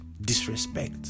disrespect